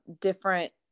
different